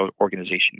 organization